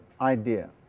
idea